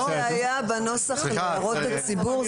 כמו שהיה בנוסח להערות הציבור.